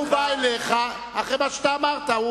הוא בא אליך אחרי מה שאתה אמרת.